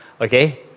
okay